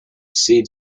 seed